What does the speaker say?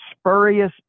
spurious